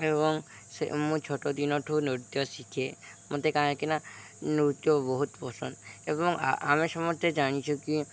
ଏବଂ ସେ ମୁଁ ଛୋଟ ଦିନ ଠୁ ନୃତ୍ୟ ଶିଖେ ମୋତେ କାହିଁକିନା ନୃତ୍ୟ ବହୁତ ପସନ୍ଦ ଏବଂ ଆମେ ସମସ୍ତେ ଜାଣିଛୁ କି